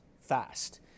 fast